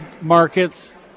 markets